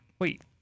Wait